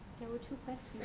there were two